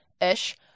ish